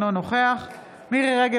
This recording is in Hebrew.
אינו נוכח מירי מרים רגב,